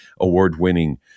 award-winning